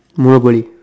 monopoly